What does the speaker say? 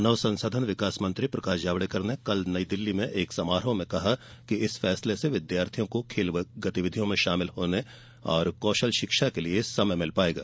मानव संसाधन विकास मंत्री प्रकाश जावड़ेकर ने कल नई दिल्ली में एक समारोह में कहा कि इस फैसले से विद्यार्थियों को खेल गतिविधियों में शामिल होने और कौशल शिक्षा के लिए समय मिल पाएगा